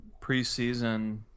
preseason